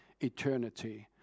eternity